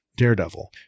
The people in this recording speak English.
Daredevil